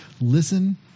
Listen